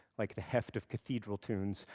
like the heft of cathedral tunes,